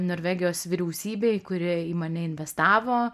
norvegijos vyriausybei kuri į mane investavo